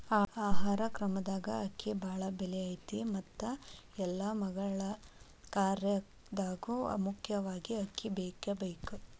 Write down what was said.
ಆಹಾರ ಕ್ರಮದಾಗ ಅಕ್ಕಿಗೆ ಬಾಳ ಬೆಲೆ ಐತಿ ಮತ್ತ ಎಲ್ಲಾ ಮಗಳ ಕಾರ್ಯದಾಗು ಮುಖ್ಯವಾಗಿ ಅಕ್ಕಿ ಬೇಕಬೇಕ